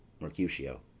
Mercutio